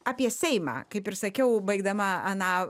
apie seimą kaip ir sakiau baigdama aną